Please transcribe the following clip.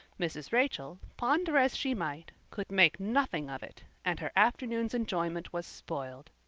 mrs. rachel, ponder as she might, could make nothing of it and her afternoon's enjoyment was spoiled.